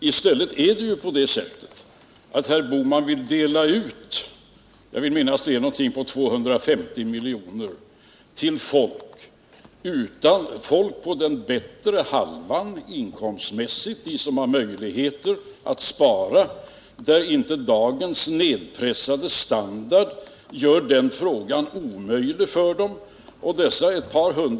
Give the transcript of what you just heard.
I stället är det ju på det sättet att herr Bohman vill dela ut pengar — jag vill minnas att det är någonting på 250 miljoner — till personer som inkomstmässigt befinner sig på den bättre halvan, till dem som har möjligheter att spara, till dem som inte berörs av dagens nedpressade standard på ett sådant sätt att sparande blir omöjligt för dem.